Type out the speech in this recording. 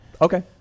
Okay